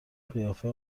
قیافه